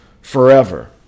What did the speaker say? forever